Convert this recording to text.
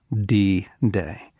D-Day